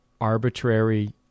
arbitrary